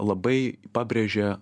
labai pabrėžia